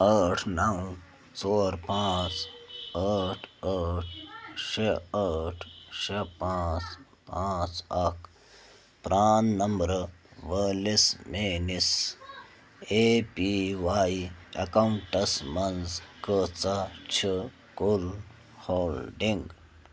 ٲٹھ نَو ژور پانٛژھ ٲٹھ ٲٹھ شےٚ ٲٹھ شےٚ پانٛژھ پانٛژھ اَکھ پرٛان نمبر وٲلِس میٛٲنِس اے پی واے اٮ۪کاوُنٛٹَس مَنٛز کۭژاہ چھِ کُل ہولڈِنٛگ